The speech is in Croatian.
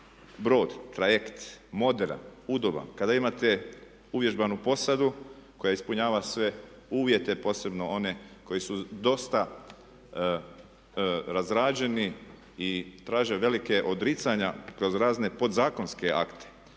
brod, trajekt, moderan, udoban, kada imate uvježbanu posadu koja ispunjava sve uvjete posebno one koji su dosta razrađeni i traže velika odricanja kroz razne podzakonske akte,